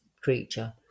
creature